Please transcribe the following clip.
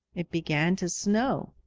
it began to snow.